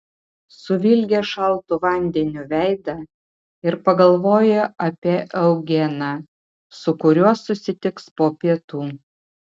suvilgė šaltu vandeniu veidą ir pagalvojo apie eugeną su kuriuo susitiks po pietų